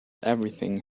everything